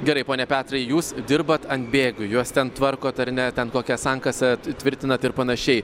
gerai pone petrai jūs dirbat ant bėgių juos ten tvarkot ar ne ten kokią sankasą tvirtinat ir panašiai